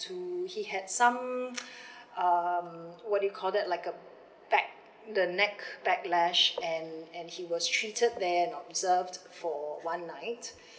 to he had some um what you call that like a back the neck backlash and and he was treated there and observed for one night